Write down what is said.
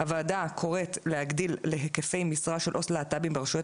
הוועדה קוראת להגדיל להיקפי משרה של עו"ס להט"בים ברשויות